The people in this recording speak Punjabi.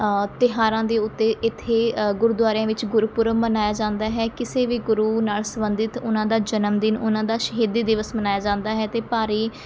ਤਿਉਹਾਰਾਂ ਦੇ ਉੱਤੇ ਇੱਥੇ ਗੁਰਦੁਆਰਿਆਂ ਵਿੱਚ ਗੁਰਪੁਰਬ ਮਨਾਇਆ ਜਾਂਦਾ ਹੈ ਕਿਸੇ ਵੀ ਗੁਰੂ ਨਾਲ਼ ਸਬੰਧਿਤ ਉਹਨਾਂ ਦਾ ਜਨਮ ਦਿਨ ਉਹਨਾਂ ਦਾ ਸ਼ਹੀਦੀ ਦਿਵਸ ਮਨਾਇਆ ਜਾਂਦਾ ਹੈ ਅਤੇ ਭਾਰੀ